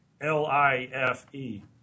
L-I-F-E